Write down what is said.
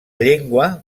llengua